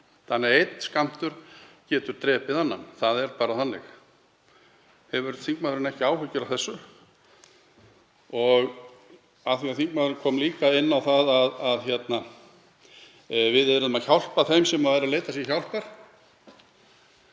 Einn skammtur getur drepið fólk, það er bara þannig. Hefur þingmaðurinn ekki áhyggjur af þessu? Hv. þingmaður kom líka inn á það að við yrðum að hjálpa þeim sem eru að leita sér hjálpar.